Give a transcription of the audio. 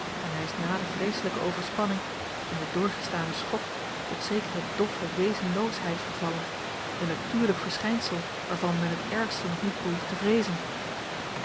en hij is na de vreeselijke overspanning en den doorgestanen schok tot zekere doffe wezenloosheid vervallen een natuurlijk verschijnsel waarvan men het ergste nog niet behoeft te vreezen